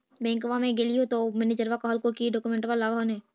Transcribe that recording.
बैंकवा मे गेलिओ तौ मैनेजरवा कहलको कि डोकमेनटवा लाव ने?